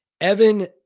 Evan